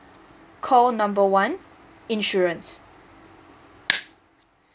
call number one insurance